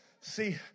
See